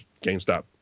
GameStop